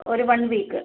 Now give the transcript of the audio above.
ഒരു one week